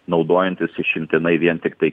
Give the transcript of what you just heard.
naudojantis išimtinai vien tiktai